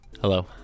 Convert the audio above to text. Hello